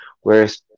whereas